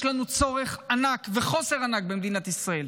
יש לנו צורך ענק וחוסר ענק במדינת ישראל